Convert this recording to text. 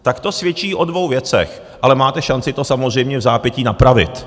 Tak to svědčí o dvou věcech, ale máte šanci to samozřejmě vzápětí napravit.